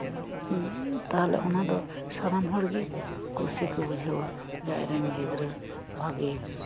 ᱛᱟᱞᱦᱮ ᱚᱱᱟ ᱫᱚ ᱥᱟᱱᱟᱢ ᱦᱚᱲ ᱜᱮ ᱠᱩᱥᱤ ᱠᱚ ᱵᱩᱡᱷᱟᱹᱣᱟ ᱡᱮ ᱟᱡ ᱨᱮᱱ ᱜᱤᱫᱽᱨᱟᱹ ᱵᱷᱟᱜᱮ